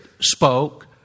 spoke